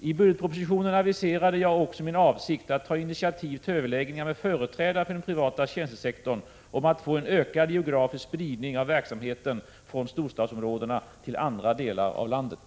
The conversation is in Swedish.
I budgetpropositionen aviserade jag också min avsikt att ta initiativ till överläggningar med företrädare för den privata tjänstesektorn om att få en ökad geografisk spridning av verksamheten från storstadsområdena till andra delar av landet.